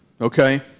okay